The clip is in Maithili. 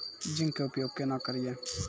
जिंक के उपयोग केना करये?